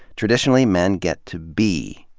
traditionally, men get to be,